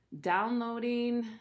downloading